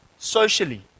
Socially